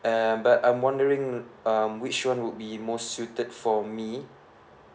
and um but I'm wondering um which one would be more suited for me